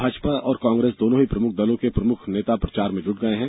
भाजपा और कांग्रेस दोनों ही प्रमुख दलों के प्रमुख नेता प्रचार में जुट गये हैं